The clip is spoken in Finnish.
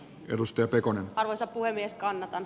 perustyötä kun arvoisa puhemies kannatan